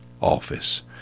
office